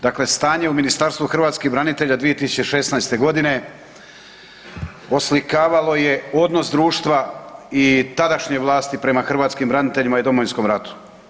Dakle, stanje u Ministarstvu hrvatskih branitelja 2016. godine oslikavalo je odnos društva i tadašnje vlasti prema hrvatskim braniteljima i Domovinskom ratu.